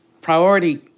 priority